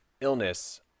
illness